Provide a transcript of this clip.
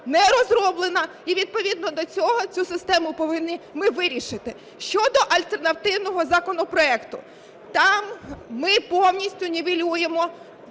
не розроблена, і відповідно до цього цю систему повинні ми вирішити. Щодо альтернативного законопроекту. Там ми повністю нівелюємо